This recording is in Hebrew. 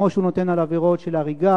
כמו שהוא נותן על עבירות של הריגה,